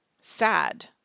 sad